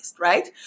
right